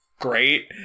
great